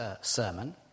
sermon